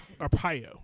Arpaio